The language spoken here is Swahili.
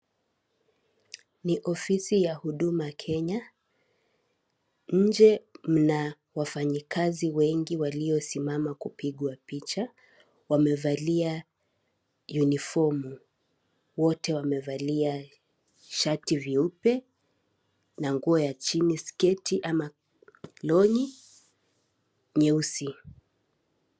Ni ofisi ya Huduma Kenya, nje mna wafanyikazi wengi waliosimama kupigwa picha wamevalia unifomu , wote wamevalia shati vyeupe na nguo ya chini sketi ama longi nyeusi.